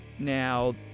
Now